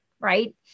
right